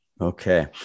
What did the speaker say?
Okay